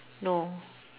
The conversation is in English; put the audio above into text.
no